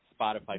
Spotify